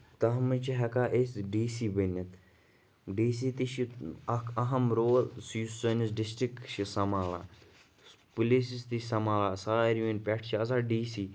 تَتھ منٛز چھِ ہیٚکان أسۍ ڈی سی بٔنِتھ ڈی سی تہِ چھُ اکھ اَہم رول سُہ یُس سٲنِس ڈِسٹرک ساماوا پٕلیٖسس تہِ سماوا سارنی پٮ۪ٹھ چھُ آسان ڈی سی